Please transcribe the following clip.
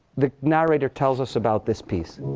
the narrator tells us about this piece.